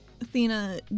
Athena